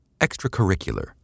extracurricular